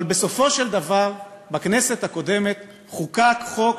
אבל בסופו של דבר, בכנסת הקודמת חוקק חוק